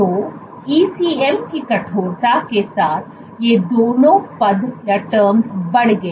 तो ECM की कठोरता के साथ ये दोनों पद बढ़ गए